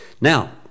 Now